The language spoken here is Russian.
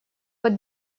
под